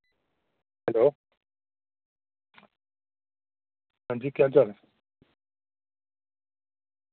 hello जी केह् हाल चाल ऐ